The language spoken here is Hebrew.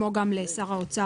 כמו גם לשר האוצר,